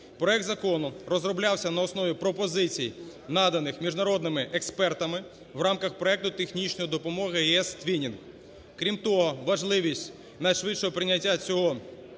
Проект закону розроблявся на основі пропозицій наданих міжнародними експертами в рамках проекту технічної допомоги ЄС Twinning. Крім того, важливість найшвидшого прийняття цього проекту